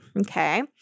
Okay